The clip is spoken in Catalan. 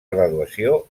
graduació